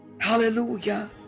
Hallelujah